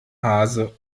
hase